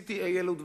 עשיתי אי-אלו דברים,